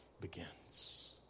begins